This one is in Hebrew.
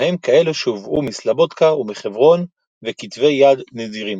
בהם כאלה שהובאו מסלבודקה ומחברון וכתבי יד נדירים.